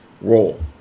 role